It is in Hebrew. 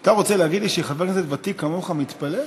אתה רוצה להגיד לי שחבר כנסת ותיק כמוך מתפלא?